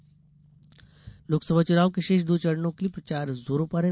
चुनाव प्रचार लोकसभा चुनाव के शेष दो चरणों के लिए प्रचार जोरों पर है